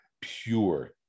pure